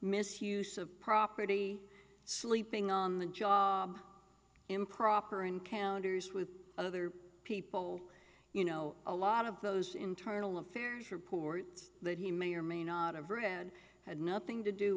misuse of property sleeping on the job improper encounters with other people you know a lot of those internal affairs reports that he may or may not have read had nothing to do